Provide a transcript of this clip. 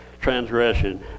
transgression